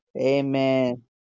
Amen